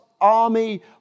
army